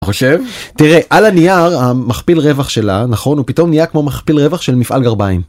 חושב תראה על הנייר המכפיל רווח שלה נכון הוא פתאום נהיה כמו מכפיל רווח של מפעל גרביים.